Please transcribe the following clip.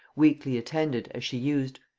weakly attended, as she used.